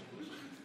מושתרכ.